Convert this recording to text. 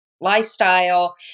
lifestyle